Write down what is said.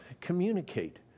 communicate